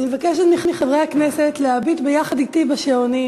אני מבקשת מחברי הכנסת להביט יחד אתי בשעונים,